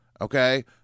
okay